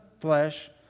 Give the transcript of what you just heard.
flesh